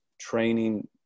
training